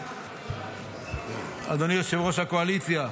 אדוני יושב-ראש הקואליציה,